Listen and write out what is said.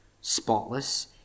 spotless